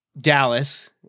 Dallas